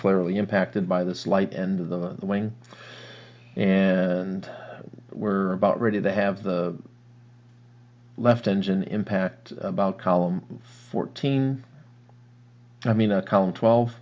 clearly impacted by the slight end of the wing and were about ready to have the left engine impact about column fourteen i mean a column twelve